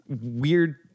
weird